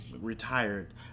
retired